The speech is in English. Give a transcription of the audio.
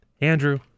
Andrew